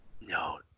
No